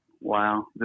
wow